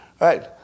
right